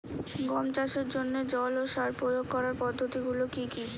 গম চাষের জন্যে জল ও সার প্রয়োগ করার পদ্ধতি গুলো কি কী?